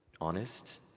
honest